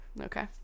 okay